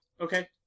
Okay